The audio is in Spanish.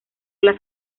las